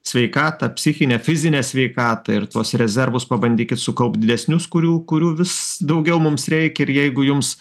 sveikatą psichinę fizinę sveikatą ir tuos rezervus pabandykit sukaupt didesnius kurių kurių vis daugiau mums reikia ir jeigu jums